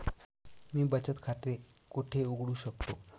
मी बचत खाते कोठे उघडू शकतो?